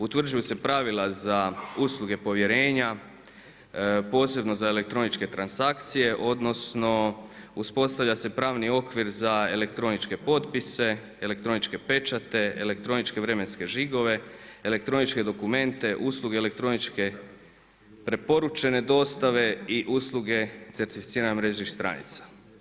Utvrđuju se pravila za usluge povjerenja posebno za elektroničke transakcije, odnosno uspostavlja se pravni okvir za elektroničke potpise, elektroničke pečate, elektroničke vremenske žigove, elektroničke dokumente, usluge elektroničke, preporučene dostave i usluge certificiranih mrežnih stranica.